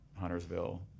Huntersville